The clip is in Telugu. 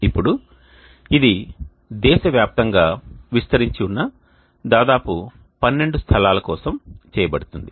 ఇప్పుడు ఇది దేశవ్యాప్తంగా విస్తరించి ఉన్న దాదాపు పన్నెండు స్థలాల కోసం చేయబడుతుంది